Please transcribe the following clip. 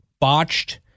botched